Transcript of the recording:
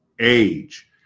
age